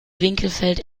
winkelfeld